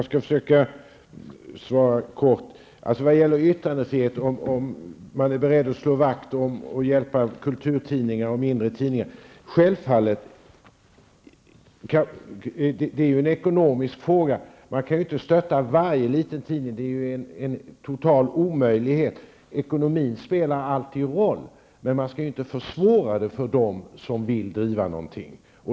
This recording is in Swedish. Herr talman! Vad gäller yttrandefriheten och om man är beredd att slå vakt om och hjälpa kulturtidningar och mindre tidningar, är det självfallet en ekonomisk fråga. Man kan inte stötta varje liten tidning -- det är en total omöjlighet. Ekonomin spelar alltid en roll, men man skall inte försvåra för dem som vill driva någonting.